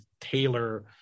tailor